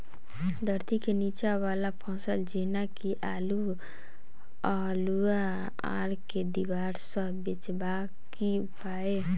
धरती केँ नीचा वला फसल जेना की आलु, अल्हुआ आर केँ दीवार सऽ बचेबाक की उपाय?